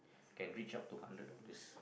can reach up to hundred dollars